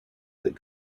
that